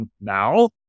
now